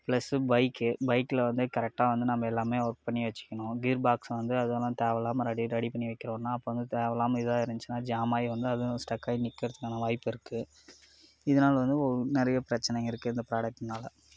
plus bike பைக்கில் வந்து கரெக்டா வந்து நம்ம எல்லாம் ஒர்க் பண்ணி வெச்சுக்கணும் கீர் பாக்ஸை வந்து அதுவும் இல்லாமல் தேவையில்லாமல் ரெடி ரெடி பண்ணி வைக்கறோம்னா அப்போ வந்து தேவையில்லாமல் இதுவாக இருந்துச்சுன்னா ஜாமாகி வந்து அதுவும் ஸ்டக் ஆகி நிற்கிறதுக்கான வாய்ப்பிருக்கு இதனால வந்து நிறைய பிரச்சனைங்க இருக்கு இந்த பிராடக்டுனால